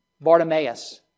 Bartimaeus